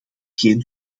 geen